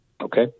Okay